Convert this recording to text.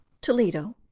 Toledo